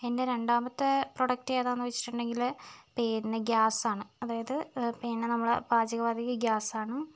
എന്റെ രണ്ടാമത്തെ പ്രോഡക്റ്റ് ഏതാണെന്ന് വെച്ചിട്ടുണ്ടെങ്കിൽ പേരിനു ഗ്യാസ് ആണ് അതായത് പിന്നെ നമ്മൾ പാചക വാതക ഗ്യാസ് ആണ്